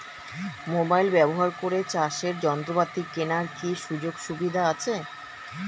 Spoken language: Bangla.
মোবাইল ব্যবহার করে চাষের যন্ত্রপাতি কেনার কি সুযোগ সুবিধা আছে?